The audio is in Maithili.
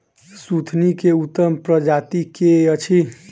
सुथनी केँ उत्तम प्रजाति केँ अछि?